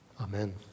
Amen